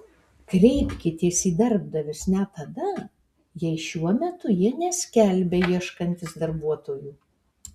kreipkitės į darbdavius net tada jei šiuo metu jie neskelbia ieškantys darbuotojų